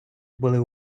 були